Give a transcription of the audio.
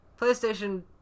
PlayStation